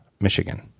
Michigan